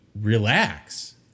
relax